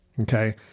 okay